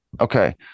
Okay